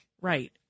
Right